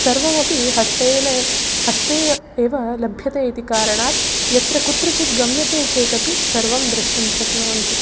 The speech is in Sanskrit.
सर्वमपि हस्तेन ए हस्ते एव लभ्यते इति कारणात् यत्र कुत्रचित् गम्यते चेदपि सर्वं द्रष्टुं शक्नुवन्ति